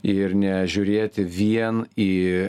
ir nežiūrėti vien į